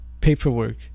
paperwork